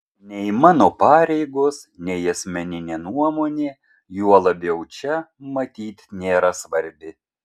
nei mano pareigos nei asmeninė nuomonė juo labiau čia matyt nėra svarbi